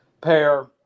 pair